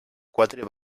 quatre